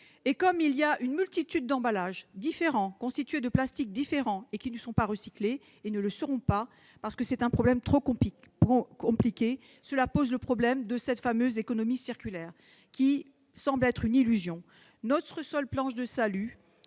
! Il y a une multitude d'emballages différents, constitués de plastiques différents qui ne sont pas recyclés et ne le seront pas, parce que l'opération est trop compliquée : cela pose le problème de cette fameuse économie circulaire, qui semble être une illusion. Notre seule planche de salut,